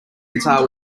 guitar